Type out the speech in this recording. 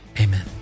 Amen